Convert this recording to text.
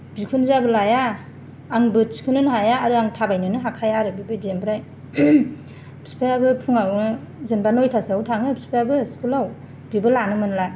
बिखुनजोआबो लाया आंबो थिखोनोनो हाया आरो आं थाबायनोनो हाखाया आरो बेबायदि ओमफ्राय बिफायाबो फुङावनो जेनबा नयथासोआव थाङो बिफायाबो स्कुलाव बेबो लानो मोनला